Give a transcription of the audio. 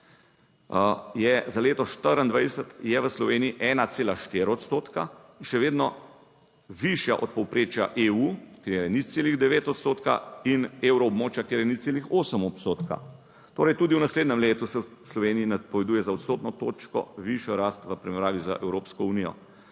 za leto 2024, je v Sloveniji 1,4 odstotka, še vedno višja od povprečja EU, kjer je 0,9 odstotka, in evroobmočja, kjer je 0,8 odstotka. Torej tudi v naslednjem letu se v Sloveniji napoveduje za odstotno točko višja rast v primerjavi z Evropsko unijo.